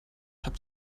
habt